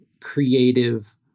creative